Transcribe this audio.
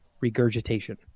regurgitation